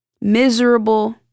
miserable